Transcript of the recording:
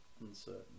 uncertain